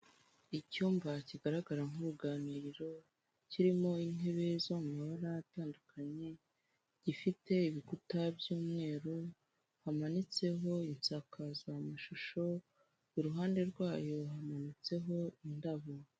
Icyumba kigaragara nk'uruganiriro, kirimo intebe zo mu mabara atandukanye, gifite ibikuta by'umweru, hamanitseho insakazamashusho, iruhande rwayo hamanitseho indabo.